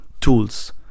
tools